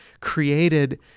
created